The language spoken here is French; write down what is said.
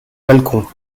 balcon